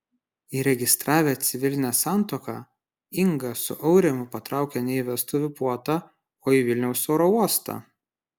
įregistravę civilinę santuoką inga su aurimu patraukė ne į vestuvių puotą o į vilniaus oro uostą